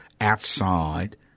outside